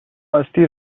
استیو